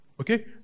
okay